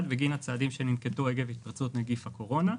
בגין הצעדים שננקטו על ידי התפרצות נגיף הקורונה.